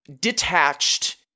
detached